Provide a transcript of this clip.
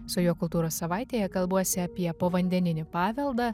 su juo kultūros savaitėje kalbuosi apie povandeninį paveldą